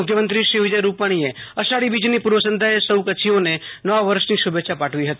મુખ્યમંત્રી શ્રી વિજય રૂપાણીએ અષાઢી બીજની પૂર્વ સંધ્યાએ સૌ કચ્છીઓને નવા વર્ષની શુભેચ્છા પાઠવી હતી